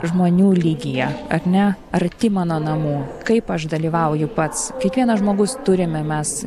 žmonių lygyje ar ne arti mano namų kaip aš dalyvauju pats kiekvienas žmogus turime mes